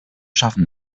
schaffen